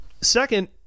Second